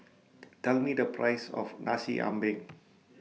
Tell Me The Price of Nasi Ambeng